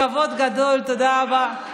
כבוד גדול, תודה רבה.